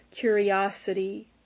curiosity